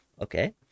Okay